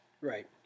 Right